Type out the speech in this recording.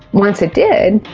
once it did,